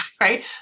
right